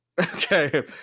Okay